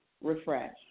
Refresh